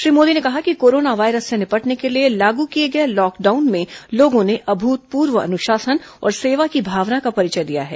श्री मोदी ने कहा कि कोरोना वायरस से निपटने के लिए लागू किए गए लॉकडाउन में लोगों ने अभूतपूर्व अनुशासन और सेवा की भावना का परिचय दिया है